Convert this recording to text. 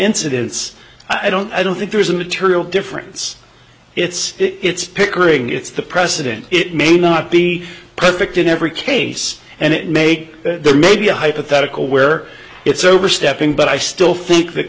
incidents i don't i don't think there is a material difference it's it's pickering it's the president it may not be perfect in every case and it mate there may be a hypothetical where it's overstepping but i still think the